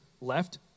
left